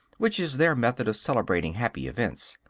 which is their method of celebrating happy events.